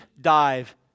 dive